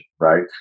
right